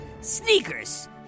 sneakers